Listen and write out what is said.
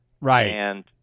Right